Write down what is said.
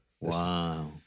Wow